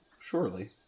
Surely